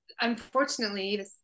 unfortunately